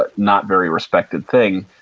but not very respected thing.